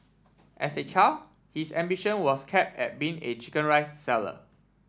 as a child his ambition was cap at being a chicken rice seller